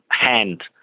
hand